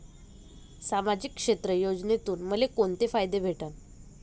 सामाजिक क्षेत्र योजनेतून मले कोंते फायदे भेटन?